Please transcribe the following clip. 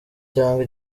cyangwa